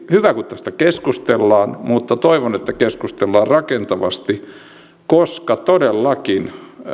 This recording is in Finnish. hyvä kun tästä keskustellaan mutta toivon että keskustellaan rakentavasti koska todellakin